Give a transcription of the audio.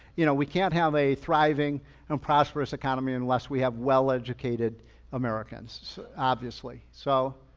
you know we can't have a thriving and prosperous economy unless we have well educated americans obviously. so